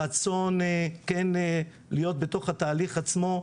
רצון כן להיות בתוך התהליך עצמו,